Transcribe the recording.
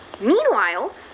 Meanwhile